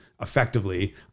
effectively